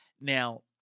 Now